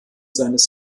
seines